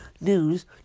news